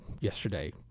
yesterday